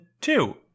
two